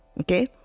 Okay